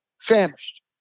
famished